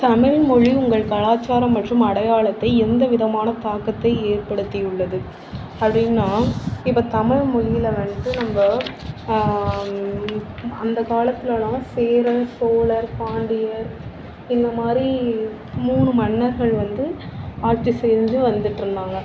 தமிழ்மொழி உங்கள் கலாச்சாரம் மற்றும் அடையாளத்தை எந்தவிதமான தாக்கத்தை ஏற்படுத்தி உள்ளது அப்படின்னா இப்போ தமிழ் மொழியில் வந்துட்டு நம்ம அந்த காலத்திலல்லாம் சேரர் சோழர் பாண்டியர் இந்த மாதிரி மூணு மன்னர்கள் வந்து ஆட்சி செஞ்சு வந்துகிட்டு இருந்தாங்க